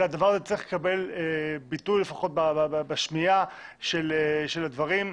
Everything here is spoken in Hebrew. אלא הדבר הזה צריך לקבל ביטוי לפחות בשמיעה של הדברים,